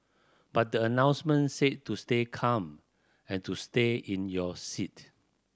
but the announcement said to stay calm and to stay in your seat